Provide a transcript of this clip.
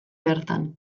bertan